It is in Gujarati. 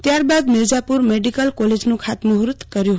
ત્યારબાદ મીરઝાપુર મેડિકલ કોલેજનું ખાતમુહૂર્ત કર્યું હતું